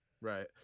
Right